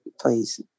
please